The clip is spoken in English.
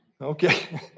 Okay